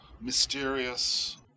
mysterious